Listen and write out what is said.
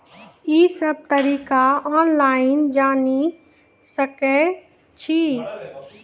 ई सब तरीका ऑनलाइन जानि सकैत छी?